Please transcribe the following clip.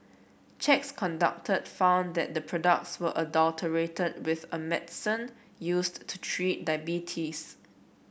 checks conducted found that the products were adulterated with a medicine used to treat diabetes